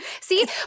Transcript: See